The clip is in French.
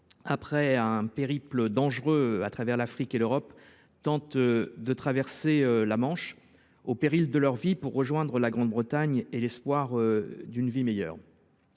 après un périple dangereux à travers l’Afrique et l’Europe, de traverser la Manche, au péril de leur vie, pour rejoindre la Grande Bretagne dans l’espoir d’une vie meilleure.